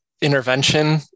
intervention